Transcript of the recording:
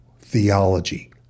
theology